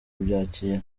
kubyakira